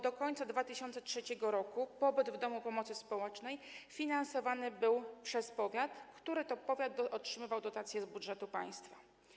Do końca 2003 r. pobyt w domu pomocy społecznej finansowany był przez powiat, który to powiat otrzymywał dotację z budżetu państwa.